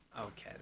Okay